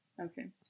Okay